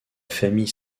famille